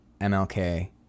MLK